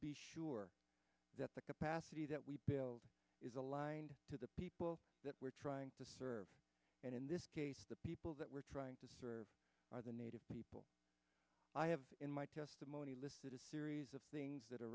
be sure that the capacity that we build is aligned to the people that we're trying to serve and in this case the people that we're trying to serve are the native people i have in my testimony listed a series of things that are